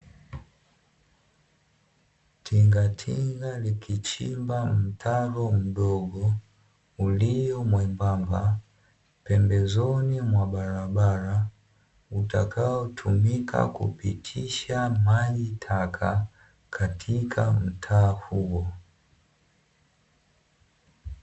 Tingatinga likichimba mtaro mdogo, ulio mwembamba, pembezoni mwa barabara, utakaotumika kupitisha maji taka katika mtaa huo.